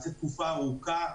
תקופה ארוכה.